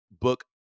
book